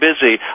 busy